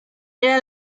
era